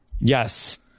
Yes